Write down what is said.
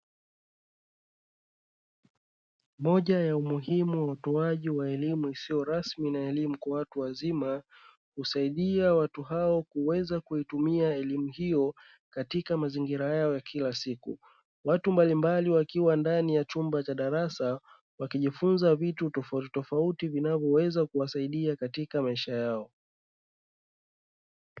Moja ya umuhimu wa utoaji wa elimu isiyo rasmi na elimu kwa watu wazima, husaidia watu hao kuweza kutumia elimu hiyo katika mazingira yao ya kila siku. Watu mbalimbali wakiwa ndani ya chumba cha darasa, wakijifunza vitu tofautitofauti vinavyoweza kuwasaidia katika maisha yao.